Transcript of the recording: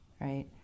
right